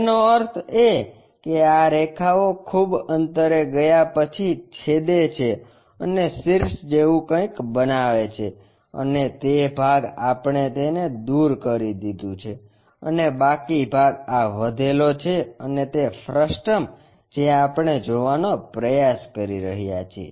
તેનો અર્થ એ કે આ રેખાઓ ખૂબ અંતરે ગયા પછી છેદે છે અને શિર્ષ જેવું કંઈક બનાવે છે અને તે ભાગ આપણે તેને દૂર કરી દીધું છે અને બાકી ભાગ આ વધેલો છે અને તે ફ્રસ્ટમ જે આપણે જોવાનો પ્રયાસ કરી રહ્યા છીએ